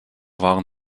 waren